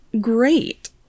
great